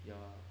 ya